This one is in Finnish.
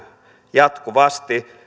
jatkuvasti